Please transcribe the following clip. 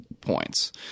points